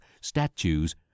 statues